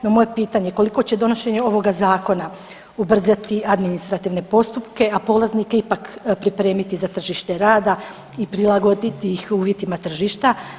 No moje pitanje, koliko će donošenje ovoga zakona ubrzati administrativne postupke, a polaznike ipak pripremiti za tržište rada i prilagoditi ih uvjetima tržišta?